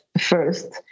first